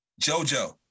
JoJo